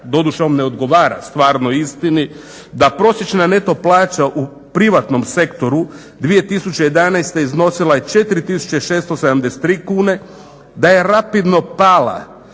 doduše on ne odgovara stvarnoj istini, da prosječna neto plaća u privatnom sektoru 2011. iznosila 4673 kune, da je rapidno pala